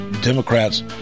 Democrats